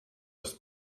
das